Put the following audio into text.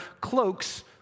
cloaks